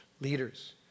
leaders